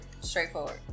straightforward